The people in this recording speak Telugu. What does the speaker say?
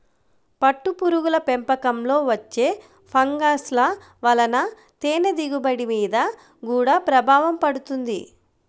పట్టుపురుగుల పెంపకంలో వచ్చే ఫంగస్ల వలన తేనె దిగుబడి మీద గూడా ప్రభావం పడుతుంది